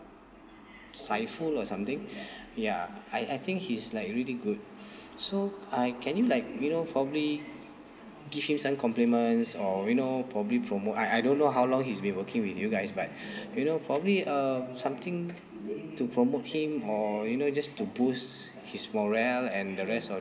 saiful or something ya I I think he's like really good so uh can you like you know probably give him some compliments or you know probably promote I I don't know how long he's been working with you guys but you know probably um something to promote him or you know just to boost his morale and the rest of